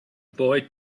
boy